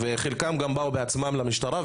וחלקם גם באו בעצמם למשטרה,